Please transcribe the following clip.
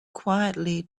quietly